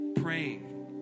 praying